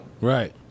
right